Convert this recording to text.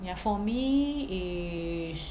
ya for me is